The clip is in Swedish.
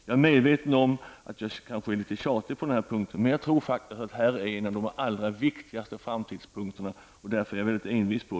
Jag är medveten om att jag kanske är litet tjatig på den här punkten, men jag tror faktiskt att vi här har en av de allra viktigaste framtidsfrågorna, och det är därför jag är litet envis.